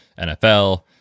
NFL